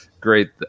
great